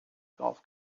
golf